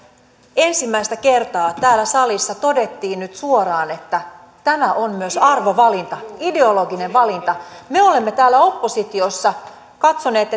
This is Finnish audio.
ensimmäistä kertaa täällä salissa todettiin nyt suoraan että tämä on myös arvovalinta ideologinen valinta me olemme täällä oppositiossa katsoneet